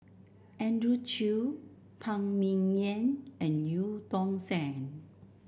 Andrew Chew Phan Ming Yen and Eu Tong Sen